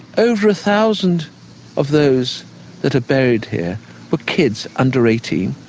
over a thousand of those that are buried here were kids under eighteen?